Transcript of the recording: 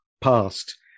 past